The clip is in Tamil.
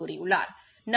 கூறியுள்ளா்